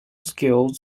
scale